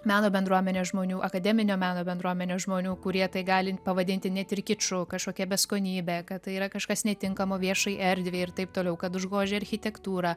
meno bendruomenės žmonių akademinio meno bendruomenės žmonių kurie tai gali pavadinti net ir kiču kažkokia beskonybe kad tai yra kažkas netinkamo viešai erdvei ir taip toliau kad užgožia architektūrą